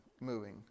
Moving